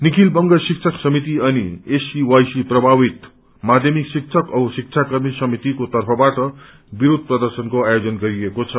निखिल वर्ग शिक्षक समिति अनि एसईवाइ सी प्रमावित माध्यमिक शिक्षक औ शिक्षाकर्मी समितिको तर्फबाट विरोष प्रदर्शनको आयोजन गरिएको छ